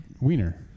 wiener